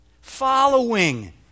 following